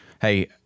hey